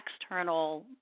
external